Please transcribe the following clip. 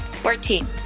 Fourteen